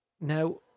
Now